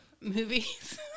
movies